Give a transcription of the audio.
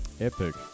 epic